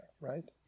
right